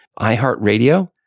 iHeartRadio